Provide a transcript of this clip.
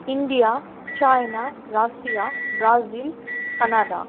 India China Russia Brazil Canada